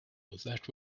that